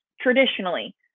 traditionally